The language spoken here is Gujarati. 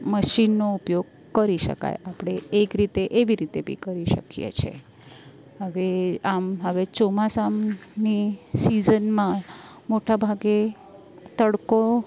મશીનનો ઉપયોગ કરી શકાય આપણે એક રીતે એવી રીતે બી કરી શકીએ છીએ હવે આમ હવે ચોમાસામની સીઝનમાં મોટા ભાગે તડકો